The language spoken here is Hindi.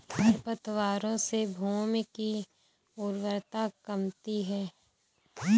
खरपतवारों से भूमि की उर्वरता कमती है